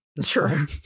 Sure